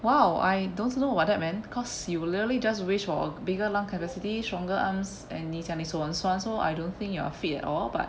!wow! I don't know about that man because you literally just wish for a bigger lung capacity stronger arms and 你讲你手很酸 so I don't think you're fit at all but